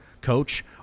coach